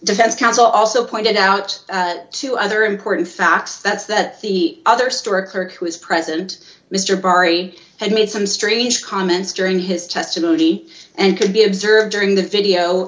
defense counsel also pointed out two other important facts that's that the other store clerk who was present mr bari had made some strange comments during his testimony and could be observed during the